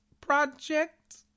project